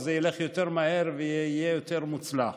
אז זה ילך יותר מהר ויהיה יותר מוצלח.